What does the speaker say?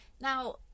Now